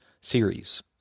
series